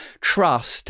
trust